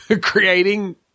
creating